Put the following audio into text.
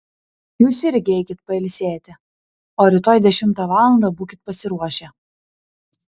jūs irgi eikit pailsėti o rytoj dešimtą valandą būkit pasiruošę